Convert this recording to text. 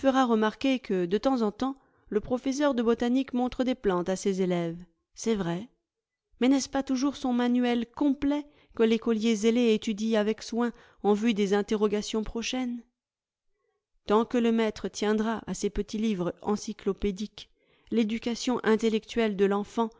remarquer que de temps en temps le professeur de botanique montre des plantes à ses élèves c'est vrai mais n'est-ce pas toujours son manuel complet que l'écolier zélé étudie avec soin en vue des interrogations prochaines tant que le maître tiendra à ces petits livres encyclopédiques l'éducation intellectuelle de l'enfant